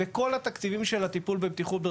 זאת באמת הזנחה מתמשכת שמצדיקה את הפנייה הזאת.